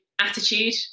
Attitude